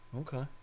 Okay